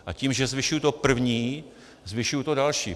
A tím, že zvyšuji to první, zvyšuji to další.